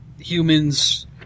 humans